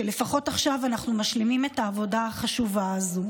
שלפחות עכשיו אנחנו משלימים את העבודה החשובה הזו,